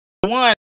one